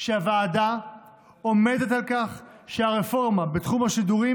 שהוועדה עומדת על כך שהרפורמה בתחום השידורים